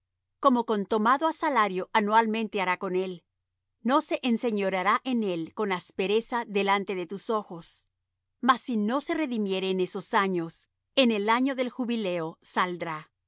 como con tomado á salario anualmente hará con él no se enseñoreará en él con aspereza delante de tus ojos mas si no se redimiere en esos años en el año del jubileo saldrá